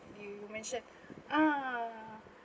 you mention ah